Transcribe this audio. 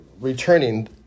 returning